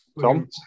Tom